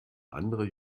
andere